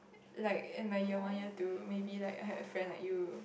like in my year one year two maybe like I had a friend like you